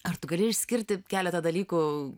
ar tu gali išskirti keletą dalykų